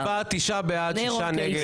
תוצאות ההצבעה 9 בעד, 6 נגד.